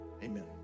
Amen